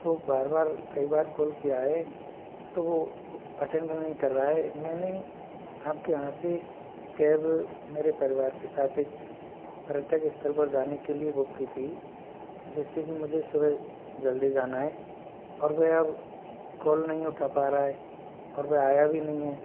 को बार बार कई बार कॉल किया है तो वो अटेंड नहीं कर रहा है मैंने आपके यहाँ से कैब मेरे परिवार के साथ एक पर्यटक स्थल पर जाने के लिए बुक की थी जिससे कि मुझे सुबह जल्दी जाना है और वह कॉल नहीं उठा पा रहा है और वह आया भी नहीं है